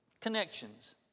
connections